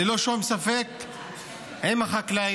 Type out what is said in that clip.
ללא שום ספק, עם החקלאים.